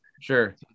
Sure